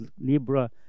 Libra